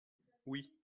oui